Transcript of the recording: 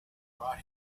brought